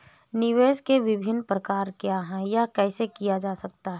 निवेश के विभिन्न प्रकार क्या हैं यह कैसे किया जा सकता है?